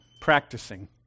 practicing